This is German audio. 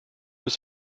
ist